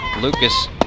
Lucas